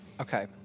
Okay